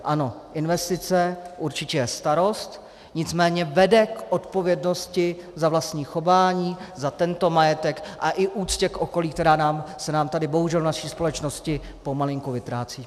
Ano, investice je určitě starost, nicméně vede k odpovědnosti za vlastní chování, za tento majetek a i úctě okolí, která se nám tady bohužel v naší společnosti pomalinku vytrácí.